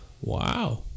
Wow